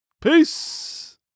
Peace